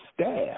staff